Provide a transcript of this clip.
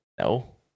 No